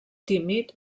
tímid